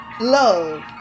love